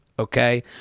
okay